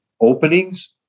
openings